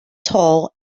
tall